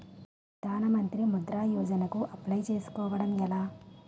ప్రధాన మంత్రి ముద్రా యోజన కు అప్లయ్ చేసుకోవటం ఎలా?